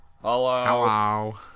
hello